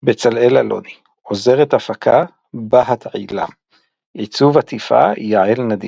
במצעד הפזמונים העברי השנתי של רשת ג' ושל גלי צה"ל,